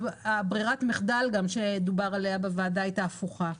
ברירת המחדל שדובר עליה בוועדה הייתה הפוכה.